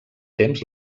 temps